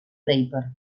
draper